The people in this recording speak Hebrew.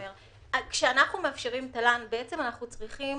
כשאנחנו מאפשרים תל"ן אנחנו צריכים